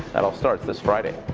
that all starts this friday.